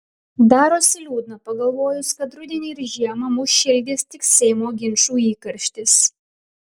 darosi liūdna pagalvojus kad rudenį ir žiemą mus šildys tik seimo ginčų įkarštis